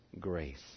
grace